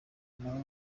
nawe